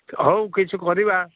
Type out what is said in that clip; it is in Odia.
ହଉ କିଛି କରିବା